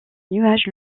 nuages